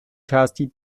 částí